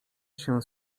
się